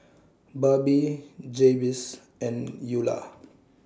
Barbie Jabez and Eulah